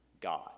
God